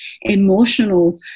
emotional